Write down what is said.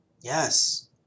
yes